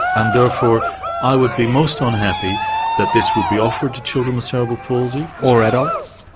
and therefore i would be most unhappy that this would be offered to children with cerebral palsy. or adults?